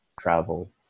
travel